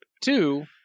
Two